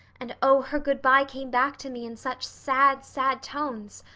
and oh, her good-bye came back to me in such sad, sad tones.